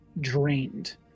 drained